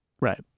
Right